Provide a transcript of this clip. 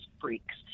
freaks